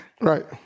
right